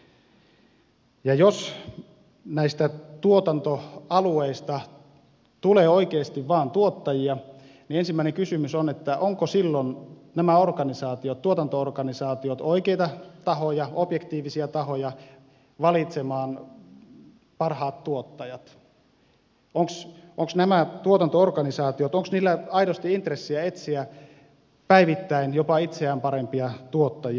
jos näistä tuotantoalueista tulee oikeasti vain tuottajia niin ensimmäinen kysymys on ovatko silloin nämä tuotanto organisaatiot oikeita tahoja objektiivisia tahoja valitsemaan parhaat tuottajat onko näillä tuotanto organisaatioilla aidosti intressiä etsiä päivittäin jopa itseään parempia tuottajia